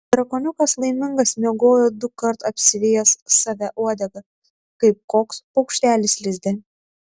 drakoniukas laimingas miegojo dukart apsivijęs save uodega kaip koks paukštelis lizde